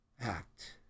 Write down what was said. act